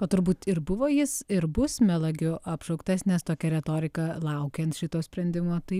o turbūt ir buvo jis ir bus melagiu apšauktas nes tokia retorika laukiant šito sprendimo tai